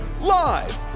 live